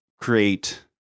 create